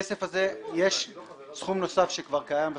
יש סכום נוסף שכבר קיים בסעיף,